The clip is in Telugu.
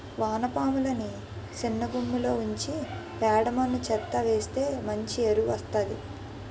వానపాములని సిన్నగుమ్మిలో ఉంచి పేడ మన్ను చెత్తా వేస్తె మంచి ఎరువు వస్తాది